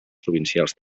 provincials